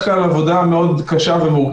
(4)נתקיימה בו אחת הנסיבות הפוסלות אדם מהיות חבר ועדה